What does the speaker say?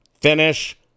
finish